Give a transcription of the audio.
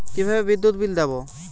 কিভাবে বিদ্যুৎ বিল দেবো?